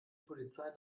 polizei